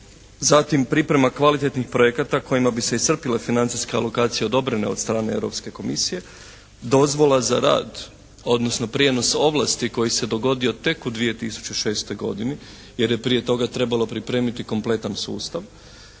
Zatim priprema kvalitetnih projekata kojima bi se iscrpila financijska lokacija odobrena od strane europske komisije, dozvola za rad, odnosno prijenos ovlasti koji se dogodio tek u 2006. godini jer je prije toga trebalo pripremiti kompletan sustav,